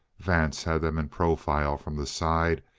vance had them in profile from the side,